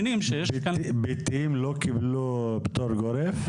ביתיים לא קיבלו פטור גורף?